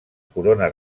corona